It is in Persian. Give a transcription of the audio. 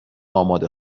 آماده